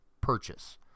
purchase